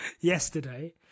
yesterday